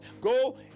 go